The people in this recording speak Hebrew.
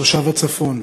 תושב הצפון,